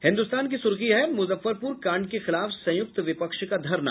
हिन्दूस्तान की सूर्खी है मूजफ्फरपूर कांड के खिलाफ संयुक्त विपक्ष का धरना